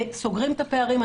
סוגרים את הפערים.